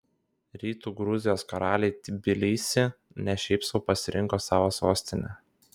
rytų gruzijos karaliai tbilisį ne šiaip sau pasirinko savo sostine